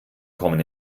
kommen